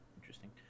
Interesting